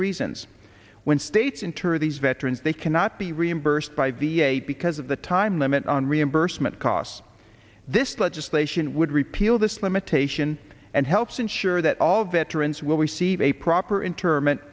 reasons when states entered these veterans they cannot be reimbursed by v a because of the time limit on reimbursement costs this legislation would repeal this limitation and helps ensure that all veterans will receive a proper interment